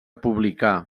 publicar